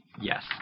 Yes